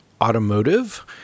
automotive